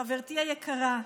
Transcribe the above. חברתי היקרה.